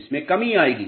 इसमें कमी आएगी